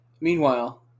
Meanwhile